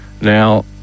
now